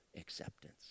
acceptance